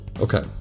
Okay